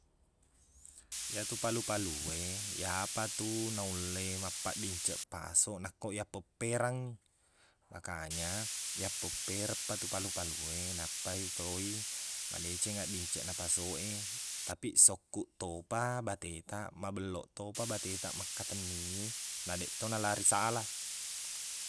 Iyatu palu-palu e iyapa tu naulle mappaqdinceq pasoq nakko yappeppereng i makanya yappepperengpa tu palu-palu e nappai to i madeceng addinceqna pasok e tapiq sokkuq topa batetaq mabelloq topa batetaq makketenningi nadeq to nalari sala